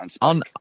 on